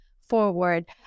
forward